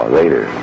later